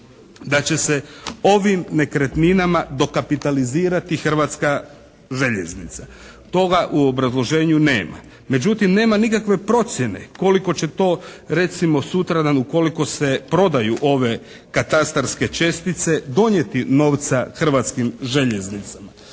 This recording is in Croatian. da će se ovim nekretninama dokapitalizirati hrvatska željeznica. Toga u obrazloženju nema. Međutim, nema nikakve procjene koliko će to recimo sutradan ukoliko se prodaju ove katastarske čestice donijeti novca Hrvatskim željeznicama.